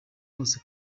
bose